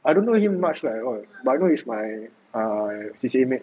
I don't know him much lah at all but I know he is my err C_C_A mate